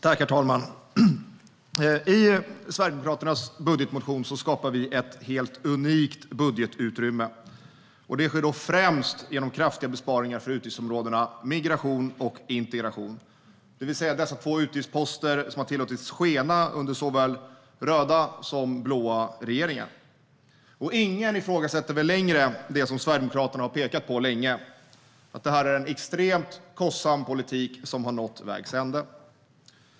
Herr talman! I Sverigedemokraternas budgetmotion skapar vi ett helt unikt budgetutrymme. Det sker främst genom kraftiga besparingar på utgiftsområdena migration och integration, det vill säga de två utgiftsposter som har tillåtits skena under såväl röda som blå regeringar. Ingen ifrågasätter väl längre det som Sverigedemokraterna har pekat på länge, att det är en extremt kostsam politik som har nått vägs ände.